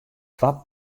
twa